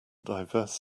diverse